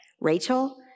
Rachel